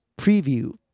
preview